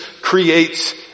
creates